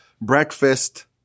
breakfast